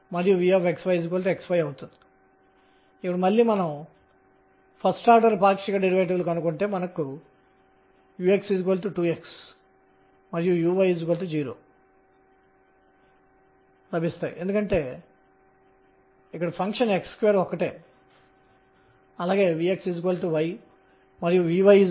కాబట్టి ఇప్పుడు 3 ఉండబోతున్నాయి 3 సాధారణీకృత మొమెంటా ద్రవ్యవేగాలు మరియు ఇవి ఏమిటి